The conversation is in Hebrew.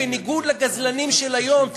בניגוד לגזלנים של היום,